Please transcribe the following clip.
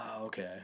okay